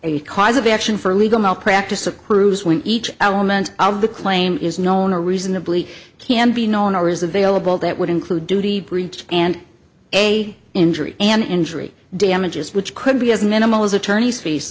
a cause of action for legal malpractise accrues when each element of the claim is known a reasonably can be known or is available that would include duty breach and a injury and injury damages which could be as minimal as attorney's f